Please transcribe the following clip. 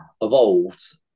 evolved